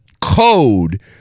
code